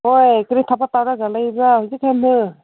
ꯍꯣꯏ ꯀꯔꯤ ꯊꯕꯛ ꯇꯧꯔꯒ ꯂꯩꯕ꯭ꯔꯣ ꯍꯧꯖꯤꯛꯀꯥꯟꯗꯨ